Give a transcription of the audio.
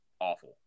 awful